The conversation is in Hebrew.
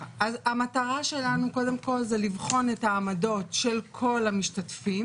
המטרה שלנו קודם כול זה לבחון את העמדות של כל המשתתפים,